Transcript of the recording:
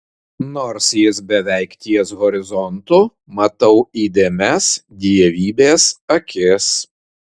nors jis beveik ties horizontu matau įdėmias dievybės akis